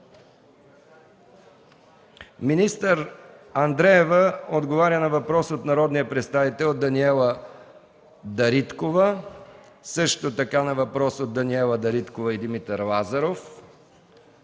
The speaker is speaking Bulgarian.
Таня Андреева на въпрос от народния представител Даниела Дариткова; на въпрос от Даниела Дариткова и Димитър Лазаров;